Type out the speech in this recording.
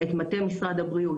את מטה משרד הבריאות,